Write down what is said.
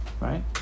Right